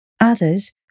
Others